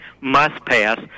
must-pass